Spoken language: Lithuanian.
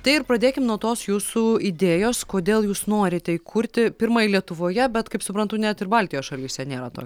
tai ir pradėkim nuo tos jūsų idėjos kodėl jūs norite įkurti pirmąjį lietuvoje bet kaip suprantu net ir baltijos šalyse nėra tokio